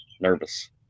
nervous